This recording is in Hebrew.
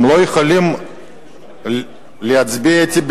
הם לא יכולים להצביע אתי,